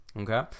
okay